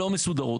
לא מסודרות,